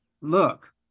look